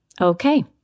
Okay